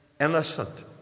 innocent